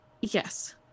Yes